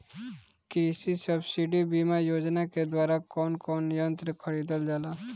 कृषि सब्सिडी बीमा योजना के द्वारा कौन कौन यंत्र खरीदल जाला?